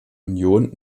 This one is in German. union